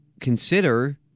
consider